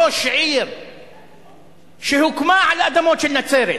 ראש עיר שהוקמה על אדמות של נצרת,